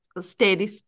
steady